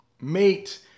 Mate